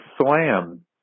slam